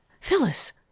Phyllis